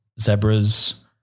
zebras